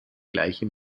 gleiche